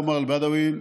עומר אל-בדווי,